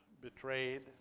betrayed